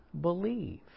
believe